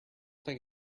think